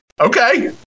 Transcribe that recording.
okay